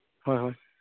ꯍꯣꯏ ꯍꯣꯏ